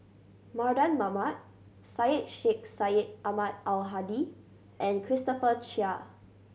Mardan Mamat Syed Sheikh Syed Ahmad Al Hadi and Christopher Chia